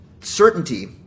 certainty